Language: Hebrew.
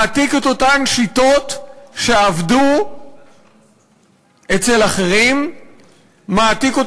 הוא מעתיק את אותן שיטות שעבדו אצל אחרים לישראל.